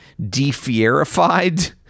defierified